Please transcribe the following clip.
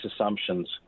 assumptions